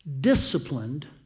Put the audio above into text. disciplined